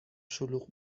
شلوغ